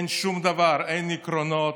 אין שום דבר, אין עקרונות,